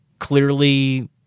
clearly